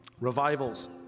Revivals